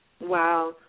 Wow